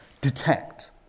detect